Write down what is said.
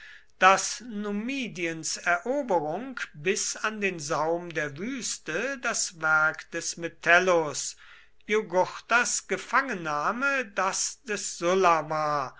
daß numidiens eroberung bis an den saum der wüste das werk des metellus jugurthas gefangennahme das des